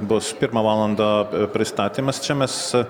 bus pirmą valandą pristatymas čia mes